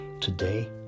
today